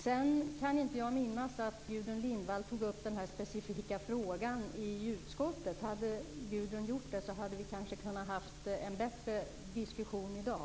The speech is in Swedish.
Jag kan inte minnas att Gudrun Lindvall tog upp den här specifika frågan i utskottet. Om hon hade gjort det hade vi kanske kunnat föra en bättre diskussion i dag.